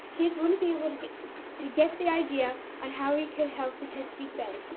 kids wouldn't be able to get to get the idea on how we could help the chesapeake bay.